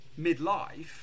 midlife